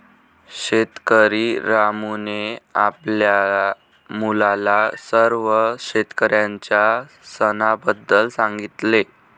शेतकरी रामूने आपल्या मुलाला सर्व शेतकऱ्यांच्या सणाबद्दल सांगितले